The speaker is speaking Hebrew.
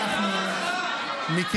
אתה לא יכול לבוא ולהגיד, זו עבודה שלנו.